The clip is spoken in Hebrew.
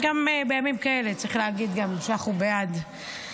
גם בימים כאלה, צריך להגיד גם כשאנחנו בעד.